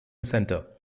center